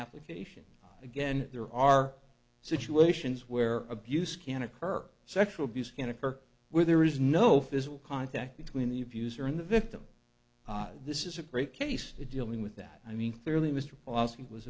application again there are situations where abuse can occur sexual abuse can occur where there is no physical contact between the abuser and the victim this is a great case to dealing with that i mean clearly mr bossie was